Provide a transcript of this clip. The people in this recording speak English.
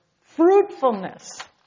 Fruitfulness